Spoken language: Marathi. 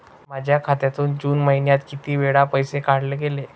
माझ्या खात्यातून जून महिन्यात किती वेळा पैसे काढले गेले?